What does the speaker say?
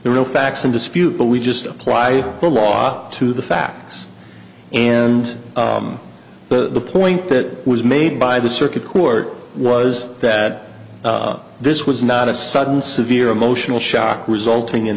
the real facts in dispute but we just apply the law to the facts and the point that was made by the circuit court was that this was not a sudden severe emotional shock resulting in